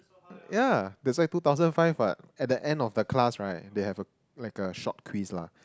yeah that's why two thousand five what at the end of the class right they have a like a short quiz lah